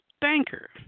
Banker